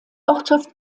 ortschaft